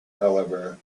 however